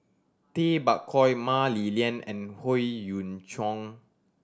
Tay Bak Koi Mah Li Lian and Howe Yoon Chong